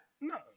No